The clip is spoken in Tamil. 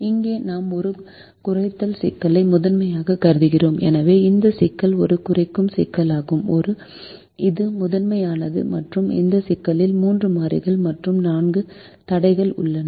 இங்கே நாம் ஒரு குறைத்தல் சிக்கலை முதன்மையாகக் கருதுகிறோம் எனவே இந்த சிக்கல் ஒரு குறைக்கும் சிக்கலாகும் இது முதன்மையானது மற்றும் இந்த சிக்கலில் மூன்று மாறிகள் மற்றும் நான்கு தடைகள் உள்ளன